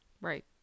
Right